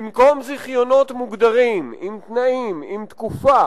במקום זיכיונות מוגדרים עם תנאים, עם תקופה,